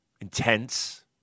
intense